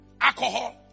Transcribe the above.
alcohol